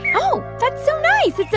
oh. that's so nice. it's